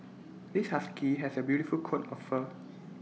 this husky has A beautiful coat of fur